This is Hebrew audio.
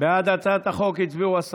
להעביר את הצעת חוק מבקר המדינה (תיקון,